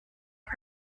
are